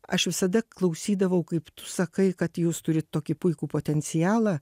aš visada klausydavau kaip tu sakai kad jūs turit tokį puikų potencialą